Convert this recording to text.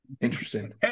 Interesting